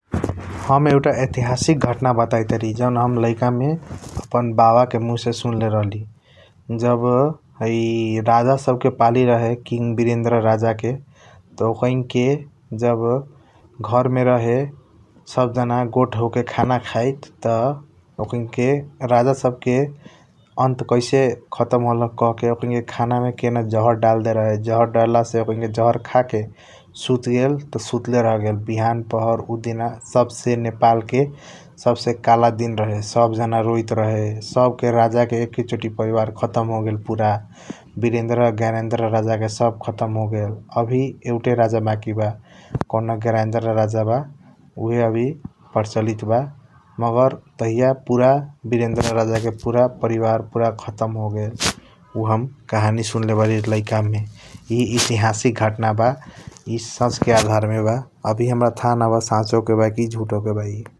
हम एउटा यतिहासिक घटना बटाइत बारी जॉन हम लैका मे आपन बाबा के मुहासे सुनले राहली । जब हई राजा सब के पालि रहे किंग बीरेंद्र राजा के ओकैना के जब घर मे रहे सब जाना गोट होक खाना खाइट । त ओकैन के राजा सब के आंत कैसा खतम होलख ऑकनी खाना मे के न जहर दल डलेराहे जहर दलसे ओकनी क सुतगेल त सुतले राहगेल । बिहान पहर उदीन नेपाल सबसे काला दिन रहे सब जाना रॉइट रहे । सब राजा क एकचोटी परिवर खतम होगेल पूरा । बीरेंद्र गेनद्र राजा क खतम होगेल आवी एउटा राजा बाकी बा । कोनान गयानंदर राजा बा उहए आब परचलित बा । मगर त्यही पूरा बीरेंद्र राजा के पूरा परिवा पूरा खत्म होगेल । उ हम कहानी सुनेले बारी लाइक मे ई यतिहासिक घटना बा ई सच क आधार मे बा आवी हाम्रा थाह न ब सचओ क बा की झुटो क बा ।